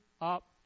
up